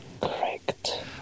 correct